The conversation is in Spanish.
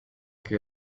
que